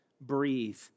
breathe